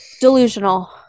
delusional